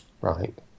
right